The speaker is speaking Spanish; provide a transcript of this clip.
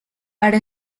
para